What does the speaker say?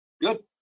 Good